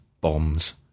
bombs